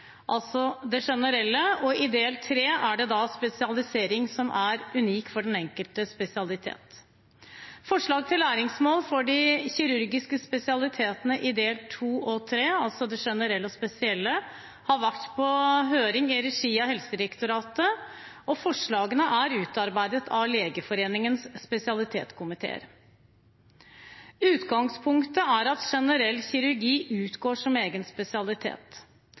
altså det generelle. Del tre er spesialisering som er unik for den enkelte spesialitet. Forslag til læringsmål for de kirurgiske spesialitetenes del to og tre, altså det generelle og det spesielle, har vært på høring i regi av Helsedirektoratet, og forslagene er utarbeidet av Legeforeningens spesialitetskomiteer. Utgangspunktet er at generell kirurgi utgår som egen spesialitet.